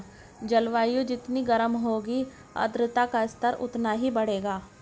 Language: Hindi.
जलवायु जितनी गर्म होगी आर्द्रता का स्तर उतना ही बढ़ेगा